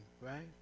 right